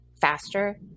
faster